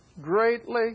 greatly